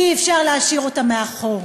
אי-אפשר להשאיר אותם מאחור.